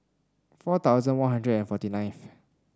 four thousand One Hundred and forty nine